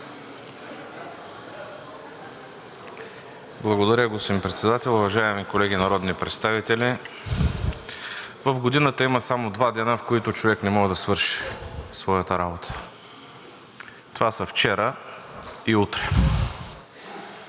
Благодаря, господин Председател. Уважаеми колеги народни представители! В годината има само два дни, в които човек не може да свърши своята работа – вчера и утре,